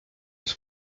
its